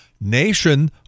nation